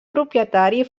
propietari